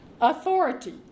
authority